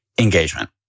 engagement